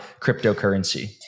cryptocurrency